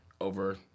over